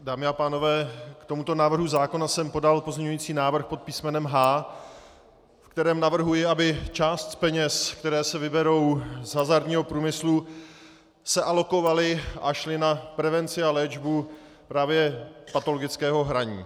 Dámy a pánové, k tomuto návrhu zákona jsem podal pozměňovací návrh pod písmenem H, ve kterém navrhuji, aby se část z peněz, které se vyberou z hazardního průmyslu, alokovala a šla na prevenci a léčbu právě patologického hraní.